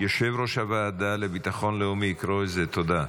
יושב-ראש הוועדה לביטחון לאומי, קרויזר, תודה.